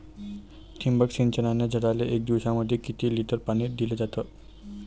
ठिबक सिंचनानं झाडाले एक दिवसामंदी किती लिटर पाणी दिलं जातं?